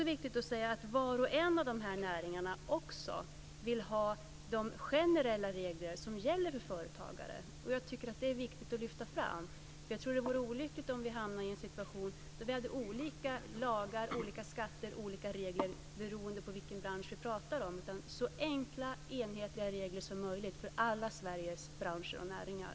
Var och en av dessa näringar vill också ha de generella regler som gäller för företagare, och det är viktigt att lyfta fram. Det vore olyckligt om vi hamnade i en situation med olika lagar, olika skatter och olika regler beroende på vilken bransch det gäller. Vi ska ha så enkla och enhetliga regler som möjligt för alla Sveriges branscher och näringar.